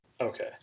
Okay